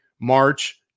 March